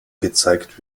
gezeigt